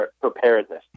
preparedness